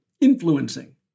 influencing